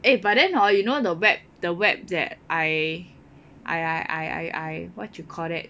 eh but then hor you know the web the web that I I I I I what you call that